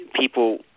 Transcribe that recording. people